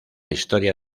historia